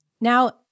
Now